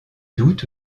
doute